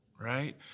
right